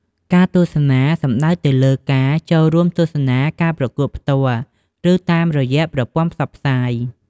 ការទស្សនាសំដៅទៅលើការ ចូលរួមទស្សនាការប្រកួតផ្ទាល់ ឬតាមរយៈប្រព័ន្ធផ្សព្វផ្សាយ។